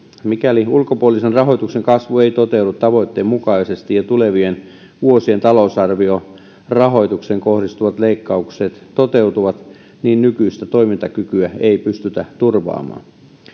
mikäli ulkopuolisen rahoituksen kasvu ei toteudu tavoitteen mukaisesti ja tulevien vuosien talousarviorahoitukseen kohdistuvat leikkaukset toteutuvat niin nykyistä toimintakykyä ei pystytä turvaamaan